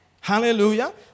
Hallelujah